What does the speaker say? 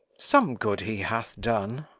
some good he hath done